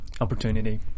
opportunity